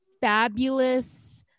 fabulous